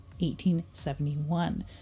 1871